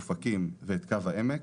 אופקים ואת קו העמק,